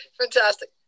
Fantastic